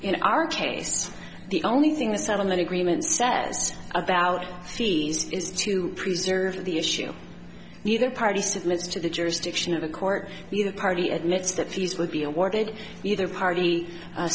in our case the only thing the settlement agreement says about fees is to preserve the issue neither party submitted to the jurisdiction of the court neither party admits that fees will be awarded either party